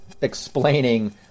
explaining